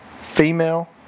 female